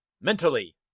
Mentally